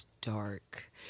dark